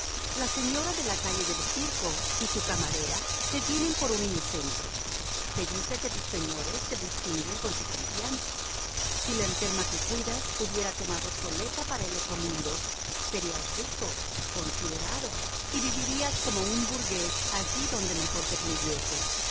la señora de la calle del circo y su camarera te tienen por un inocente se dice que tus señores te distinguen con su confianza si la enferma que cuidas hubiera tomado soleta para el otro mundo serías rico considerado y vivirías como un burgués allí donde mejor te